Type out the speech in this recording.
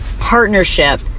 partnership